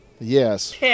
yes